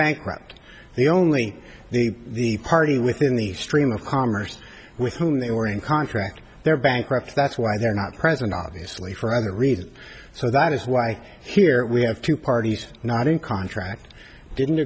bankrupt the only the party within the stream of commerce with whom they were in contract their bankrupt that's why they're not present obviously for other reasons so that is why here we have two parties not in contract didn't